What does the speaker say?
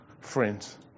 friends